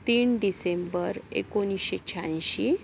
तीन डिसेंबर एकोणीसशे शहाऐंशी